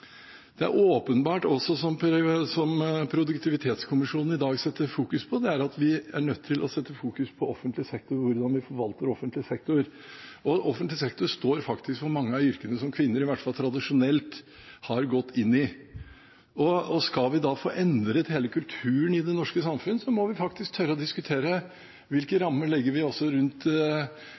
Det er også åpenbart, som Produktivitetskommisjonen i dag peker på, at vi er nødt til å sette fokus på offentlig sektor og hvordan vi forvalter offentlig sektor. Og offentlig sektor står faktisk for mange av de yrkene som kvinner i hvert fall tradisjonelt har gått inn i, og skal vi da få endret hele kulturen i det norske samfunn, må vi faktisk tørre å diskutere hvilke rammer vi legger rundt